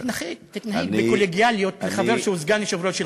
תתנהג בקולגיאליות לחבר שהוא סגן יושב-ראש.